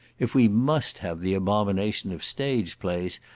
if we must have the abomination of stage plays,